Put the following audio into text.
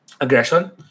aggression